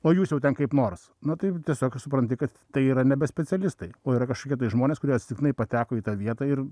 o jūs jau ten kaip nors na tai tiesiog ir supranti kad tai yra nebe specialistai o yra kažkokie žmonės kurie atsitiktinai pateko į tą vietą ir